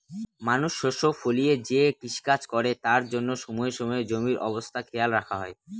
মানুষ শস্য ফলিয়ে যে কৃষিকাজ করে তার জন্য সময়ে সময়ে জমির অবস্থা খেয়াল রাখা হয়